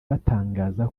batangaza